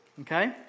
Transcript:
Okay